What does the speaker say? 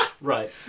Right